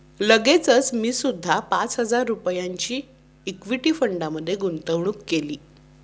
लगेचच मी सुद्धा पाच हजार रुपयांची इक्विटी फंडात गुंतवणूक केली